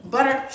Butter